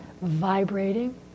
vibrating